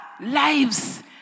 lives